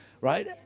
right